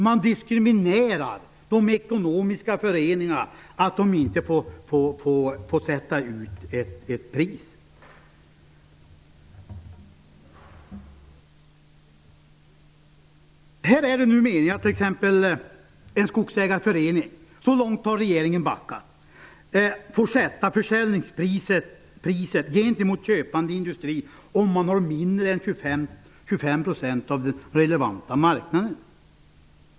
Man diskriminerar de ekonomiska föreningarna när de inte får sätta ut ett pris. Det är meningen att en skogsägarförening skall få sätta försäljningspriset gentemot köpande industri om man har mindre än 25 % av den relevanta marknaden.